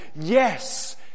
Yes